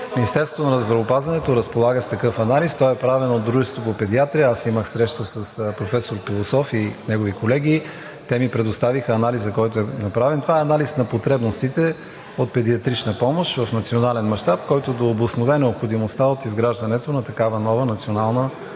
Министерството на здравеопазването разполага с такъв анализ и той е правен от Дружеството по педиатрия. Аз имах среща с професор Пилософ и негови колеги и те ми предоставиха анализа, който е направен. Това е анализ на потребностите от педиатрична помощ в национален мащаб, който да обоснове необходимостта от изграждането на такава нова Национална